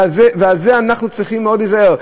ובזה אנחנו צריכים מאוד להיזהר.